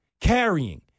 carrying